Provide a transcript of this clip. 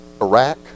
Iraq